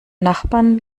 nachbarn